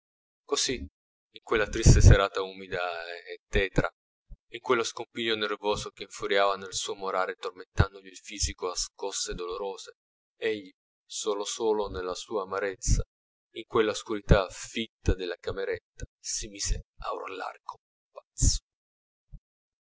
così in quella triste serata umida e tetra in quello scompiglio nervoso che infuriava nel suo morale tormentandogli il fisico a scosse dolorose egli solo solo nella sua amarezza in quella oscurità fitta della cameretta si mise